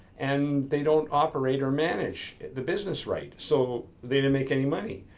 and they don't operate or manage the business right, so they don't make any money.